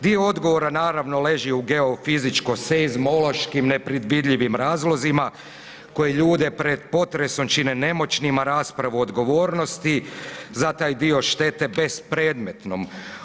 Dio odgovora naravno leži u geofizičko seizmološki nepredvidljivim razlozima koji ljude pred potresom čine nemoćnim, a raspravu odgovornosti za taj dio štete bespredmetnom.